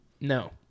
No